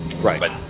right